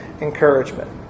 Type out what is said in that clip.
encouragement